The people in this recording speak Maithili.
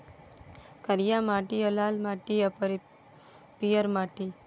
करिया माटि, लाल माटि आ पीयर माटि